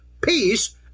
peace